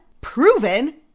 proven